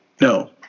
No